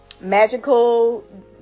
magical